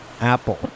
apple